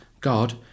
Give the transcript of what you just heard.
God